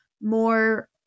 more